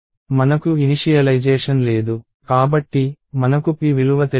మనకు ఇనిషియలైజేషన్ లేదు కాబట్టి మనకు p విలువ తెలియదు